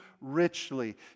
richly